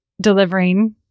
delivering